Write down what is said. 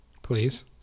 Please